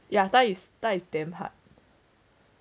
ya thai is thai is damn hard